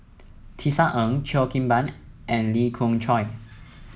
Tisa Ng Cheo Kim Ban and Lee Khoon Choy